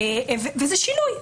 זהו שינוי,